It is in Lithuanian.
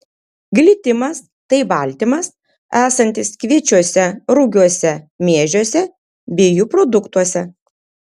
glitimas tai baltymas esantis kviečiuose rugiuose miežiuose bei jų produktuose